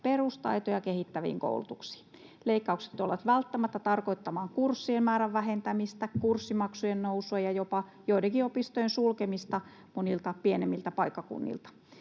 perustaitoja kehittäviin koulutuksiin. Leikkaukset tulevat välttämättä tarkoittamaan kurssien määrän vähentämistä, kurssimaksujen nousua ja jopa joidenkin opistojen sulkemista monilta pienemmiltä paikkakunnilta.